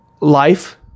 life